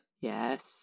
Yes